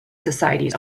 societies